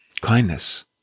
kindness